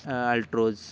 Altroz